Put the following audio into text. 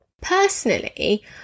Personally